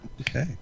Okay